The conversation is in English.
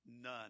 None